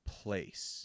place